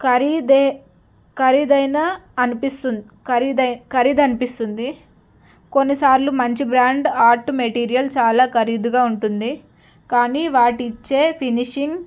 ఖరీదే ఖరీదైనా అనిపిస్తుంది ఖరీద ఖరీదనిపిస్తుంది కొన్నిసార్లు మంచి బ్రాండ్ ఆర్ట్ మెటీరియల్ చాలా ఖరీదుగా ఉంటుంది కానీ అవిచ్చే ఫినిషింగ్